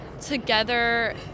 together